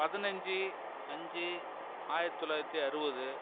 பதினஞ்சு அஞ்சு ஆயிரத்து தொள்ளாயிரத்தி அறுபது